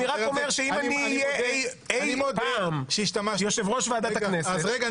אני רק אומר שאם אני אהיה אי פעם יושב-ראש ועדת הכנסת --- אז רגע,